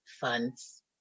funds